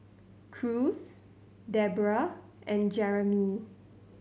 Cruz Debera and Jeremie